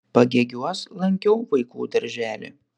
pagėgiuos lankiau vaikų darželį